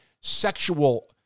sexual